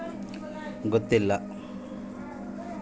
ಸಾಮಾನ್ಯವಾಗಿ ಹತ್ತಿಗೆ ಯಾವ ರೋಗ ಬರುತ್ತದೆ?